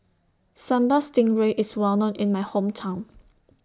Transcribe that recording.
Sambal Stingray IS Well known in My Hometown